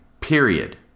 Period